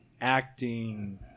acting